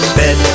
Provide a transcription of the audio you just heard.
bed